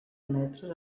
metres